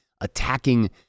attacking